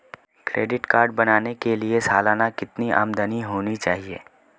Credit card बनाने के लिए सालाना कितनी आमदनी होनी चाहिए?